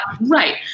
Right